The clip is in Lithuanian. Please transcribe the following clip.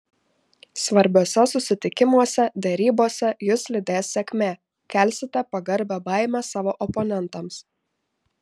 svarbiuose susitikimuose derybose jus lydės sėkmė kelsite pagarbią baimę savo oponentams